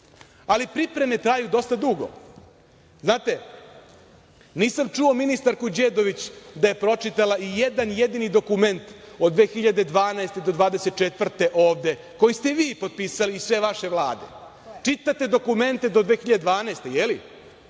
pripreme traju dosta dugo. Znate, nisam čuo ministarku Đedović da je pročitala i jedan, jedini dokument od 2012. do 2024. godine, ovde koji ste vi potpisali i sve vaše vlade. Čitate dokumente do 2012.